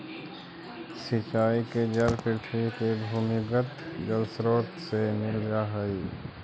सिंचाई के जल पृथ्वी के भूमिगत जलस्रोत से मिल जा हइ